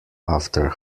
after